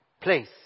place